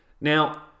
Now